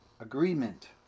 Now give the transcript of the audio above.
agreement